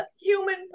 human